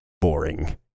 boring